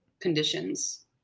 conditions